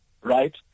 right